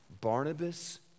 Barnabas